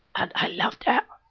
and i loved her.